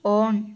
on